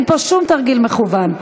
אין פה שום תרגיל מכוון.